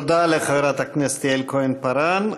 תודה לחברת הכנסת יעל כהן-פארן.